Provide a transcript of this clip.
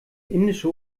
indische